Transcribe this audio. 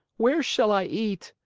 where shall i eat?